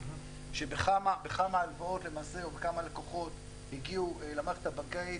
כמה לקוחות הגיעו למערכת הבנקאית.